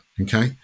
okay